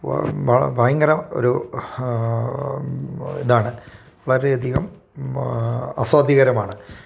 ഭയങ്കര ഒരു ഇതാണ് വളരെ അധികം അസാധ്യകരമാണ്